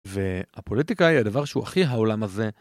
והפוליטיקה היא הדבר שהוא הכי העולם הזה.